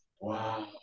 Wow